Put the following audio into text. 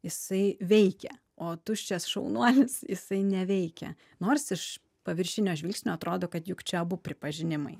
jisai veikia o tuščias šaunuolis jisai neveikia nors iš paviršinio žvilgsnio atrodo kad juk čia abu pripažinimai